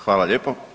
Hvala lijepo.